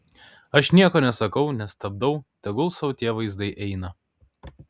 aš nieko nesakau nestabdau tegul sau tie vaizdai eina